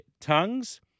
tongues